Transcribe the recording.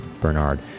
Bernard